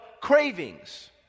cravings